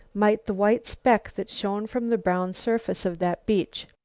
might the white speck that shone from the brown surface of that beach.